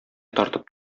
тартып